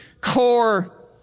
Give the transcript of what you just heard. core